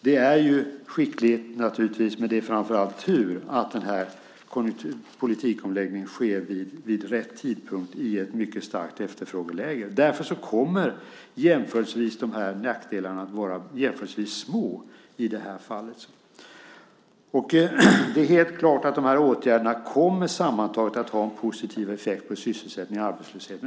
Det är skickligt, naturligtvis, men det är framför allt tur att den här politikomläggningen sker vid rätt tidpunkt i ett mycket starkt efterfrågeläge. Därför kommer de här nackdelarna att vara jämförelsevis små i det här fallet. Det är helt klart att de här åtgärderna sammantaget kommer att ha en positiv effekt på sysselsättningen och arbetslösheten.